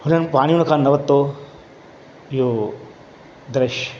हुननि पाणी हुन खां न वरितो इहो दृश्य